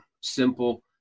simple